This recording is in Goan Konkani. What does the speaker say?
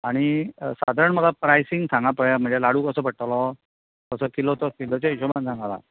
आनी सादारण म्हाका प्रायसींग सांगां पळया म्हणजे लाडू कसो पडटलो कसो किलो तो किलोच्या हिशोबान सांग म्हाका